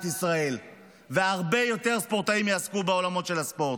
ישראל והרבה יותר ספורטאים יעסקו בעולמות של הספורט.